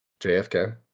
jfk